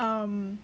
um